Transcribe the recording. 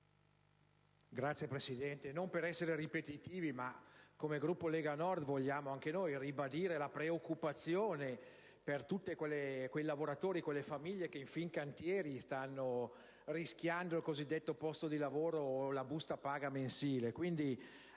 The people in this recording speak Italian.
Signora Presidente, non per essere ripetitivi, ma come Gruppo Lega Nord, vogliamo ribadire la preoccupazione per tutti quei lavoratori e quelle famiglie che in Fincantieri stanno rischiando il posto di lavoro e la busta paga mensile.